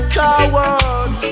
coward